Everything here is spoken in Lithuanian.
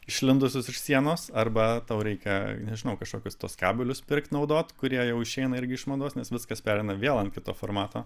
išlindusius iš sienos arba tau reikia nežinau kažkokius tuos kabelius pirkt naudot kurie jau išeina irgi iš mados nes viskas pereina vėl ant kito formato